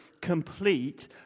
complete